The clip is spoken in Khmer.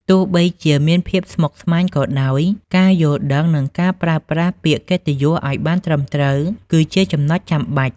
ទោះបីជាមានភាពស្មុគស្មាញក៏ដោយ ការយល់ដឹង និងការប្រើប្រាស់ពាក្យកិត្តិយសឱ្យបានត្រឹមត្រូវគឺជាចំណុចចាំបាច់។